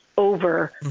Over